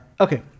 Okay